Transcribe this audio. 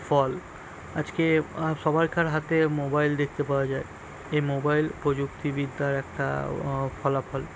ফল আজকে সবারকার হাতে মোবাইল দেখতে পাওয়া যায় এই মোবাইল প্রযুক্তিবিদ্যার একটা ফলাফল